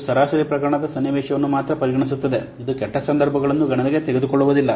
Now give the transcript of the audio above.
ಇದು ಸರಾಸರಿ ಪ್ರಕರಣದ ಸನ್ನಿವೇಶವನ್ನು ಮಾತ್ರ ಪರಿಗಣಿಸುತ್ತದೆ ಇದು ಕೆಟ್ಟ ಸಂದರ್ಭಗಳನ್ನು ಗಣನೆಗೆ ತೆಗೆದುಕೊಳ್ಳುವುದಿಲ್ಲ